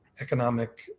economic